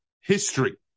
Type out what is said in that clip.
history